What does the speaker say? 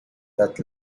that